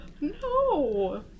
No